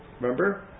Remember